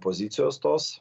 pozicijos tos